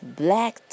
black